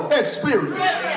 experience